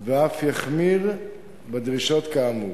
ואף יחמיר בדרישות כאמור.